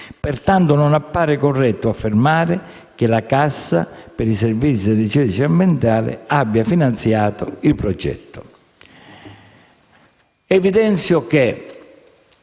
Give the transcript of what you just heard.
Pertanto, non appare corretto affermare che la Cassa per i servizi energetici e ambientali abbia finanziato il progetto. Evidenzio che,